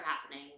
happening